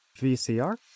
VCR